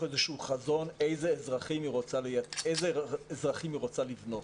איזשהו חזון איזה אזרחים היא רוצה לבנות.